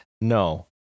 No